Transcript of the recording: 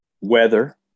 Weather